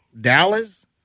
Dallas